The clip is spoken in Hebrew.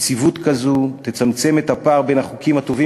נציבות כזו תצמצם את הפער בין החוקים הטובים